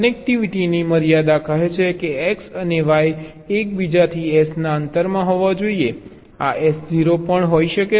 કનેક્ટિવિટીની મર્યાદા કહે છે કે X અને Y એકબીજાથી S ના અંતરમાં હોવા જોઈએ આ S 0 પણ હોઈ શકે છે